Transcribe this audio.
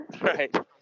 right